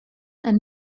and